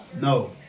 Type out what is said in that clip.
No